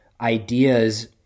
ideas